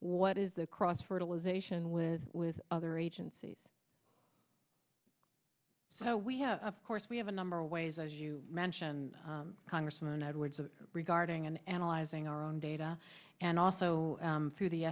what is the cross fertilization with with other agencies so we have of course we have a number of ways as you mentioned congressman edwards regarding and analyzing our own data and also through the